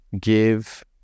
give